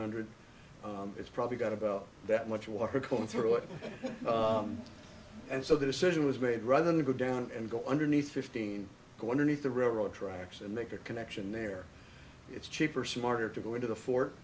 hundred it's probably got about that much water coming through it and so the decision was made rather than go down and go underneath fifteen go underneath the railroad tracks and make a connection there it's cheaper smarter to go